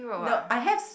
no I has